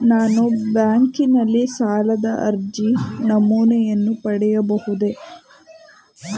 ನಾನು ಬ್ಯಾಂಕಿನಲ್ಲಿ ಸಾಲದ ಅರ್ಜಿ ನಮೂನೆಯನ್ನು ಪಡೆಯಬಹುದೇ?